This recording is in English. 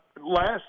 last